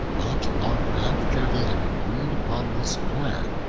not long after they had agreed upon this plan,